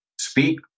speak